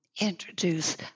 introduce